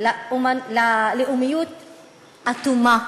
ללאומיות אטומה,